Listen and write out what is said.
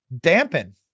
dampen